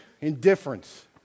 Indifference